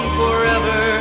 forever